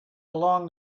along